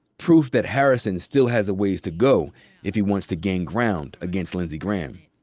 proof that harrison still has a ways to go if he wants to gain ground against lindsey graham.